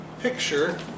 picture